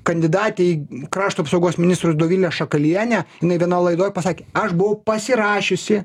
kandidatė į krašto apsaugos ministrus dovilė šakalienė jinai vienoj laidoj pasakė aš buvau pasirašiusi